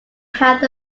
have